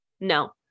no